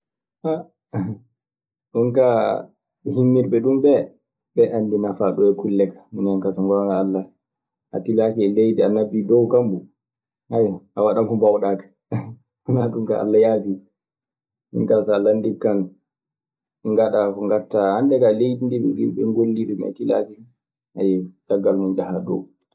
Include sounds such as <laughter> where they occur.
<hesitation> ɗun kaa hinniiɓe ɗun ɓee, ɓee anndi nafaa ɗee kulle kaa. Minen kaa so ngoongaa Alla, a tilaaki e leydi a ŋabbii dow kammo, haya a waɗan ko mbaawɗaa kaa. So wanaa ɗun kaa Alla yaafin. Min kaa so a landiike kan, ngaɗaa ko ngaɗtaa. Hande kaa leydi ndii yimɓe ɓee ngollii ndi me tilaaki nii. <hesitation> caggal muuɗun njahaa dow.